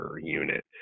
unit